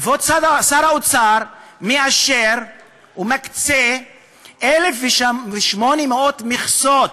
כבוד שר האוצר מאשר ומקצה 1,800 מכסות.